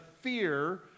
fear